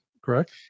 Correct